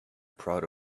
proud